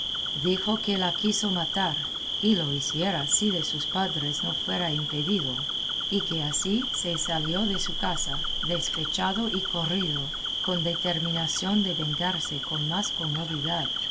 dijo que la quiso matar y lo hiciera si de sus padres no fuera impedido y que así se salió de su casa despechado y corrido con determinación de vengarse con más comodidad